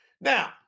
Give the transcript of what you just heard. Now